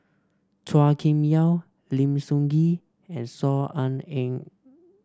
Chua Kim Yeow Lim Sun Gee and Saw Ean Ang